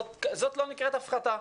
זאת לא נקראת הפחתה.